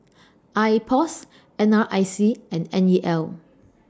Ipos N R I C and N E L